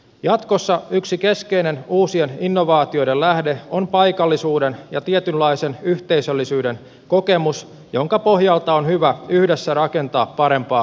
jatkossa yksi keskeinen uusien innovaatioiden lähde on paikallisuuden ja tietynlaisen yhteisöllisyyden kokemus jonka pohjalta on hyvä yhdessä rakentaa parempaa huomista